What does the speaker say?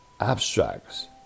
abstracts